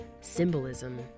symbolism